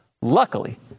Luckily